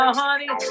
honey